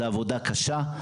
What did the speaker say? זאת עבודה קשה,